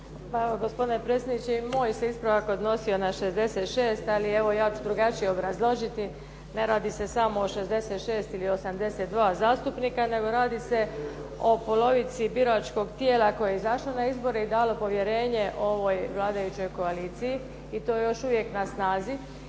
Hvala gospodine predsjedniče. I moj se ispravak odnosio na 66. ali evo ja ću drugačije obrazložiti. Ne radi se samo o 66 ili 82 zastupnika nego radi se o polovici biračkog tijela koje je izašlo na izbore i dalo povjerenje ovoj vladajućoj koaliciji i to je još uvijek na snazi.